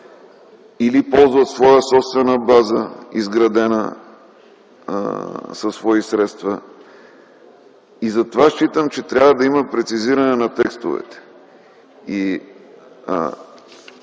или ползват своя собствена база изградена със свои средства. Според мен трябва да има прецизиране на текстовете.